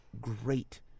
great